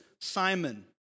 Simon